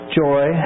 joy